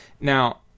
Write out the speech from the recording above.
Now